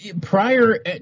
prior